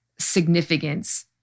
significance